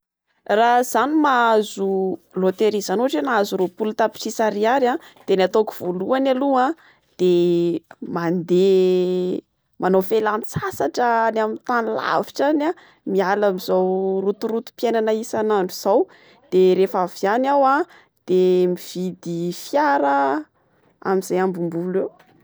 Raha za no mahazo loterie zany ohatra hoe mahazo roampolo tapitrisa ariary de ny ataoko voaloany aloa de mandeha manao fialatsasatra any amin'ny tany lavitra any miala amin'izao rotorotom-piainana isan'andro zao de refa avy any aho anh de mividy fiara amin'izay ambim-bola eo.